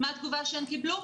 מה הייתה התגובה שהן קיבלו?